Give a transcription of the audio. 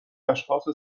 اشخاص